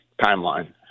timeline